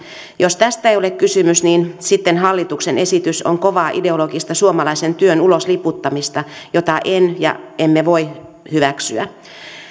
jos tästä ei ole kysymys niin sitten hallituksen esitys on kovaa ideologista suomalaisen työn ulosliputtamista jota en ja emme voi hyväksyä